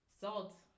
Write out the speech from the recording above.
salt